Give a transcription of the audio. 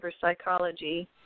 Psychology